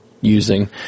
using